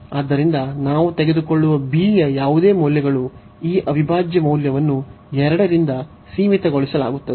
ಆದ್ದರಿಂದ ನಾವು ತೆಗೆದುಕೊಳ್ಳುವ b ಯ ಯಾವುದೇ ಮೌಲ್ಯಗಳು ಈ ಅವಿಭಾಜ್ಯ ಮೌಲ್ಯವನ್ನು 2 ರಿಂದ ಸೀಮಿತಗೊಳಿಸಲಾಗುತ್ತದೆ